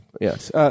Yes